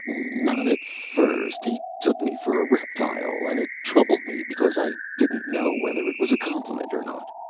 not at first. he took me for a reptile, and it troubled me, because i didn't know whether it was a compliment or not.